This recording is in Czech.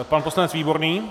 Pan poslanec Výborný.